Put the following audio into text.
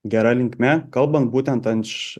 gera linkme kalbant būtent anč